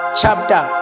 chapter